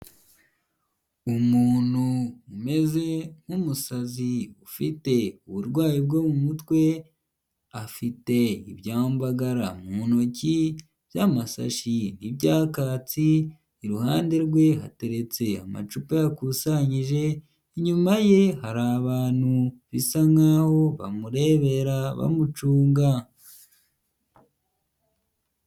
Umuntu umeze nk'umusazi ufite uburwayi bwo mu mutwe, afite ibyambagara mu ntoki by'amasashiyi n'ibyakatsi, iruhande rwe hateretse amacupa yakusanyije, inyuma ye hari abantu bisa nk'aho bamurebera bamucunga.